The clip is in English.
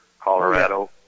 Colorado